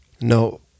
No